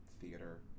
Theater